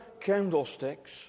candlesticks